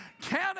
count